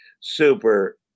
super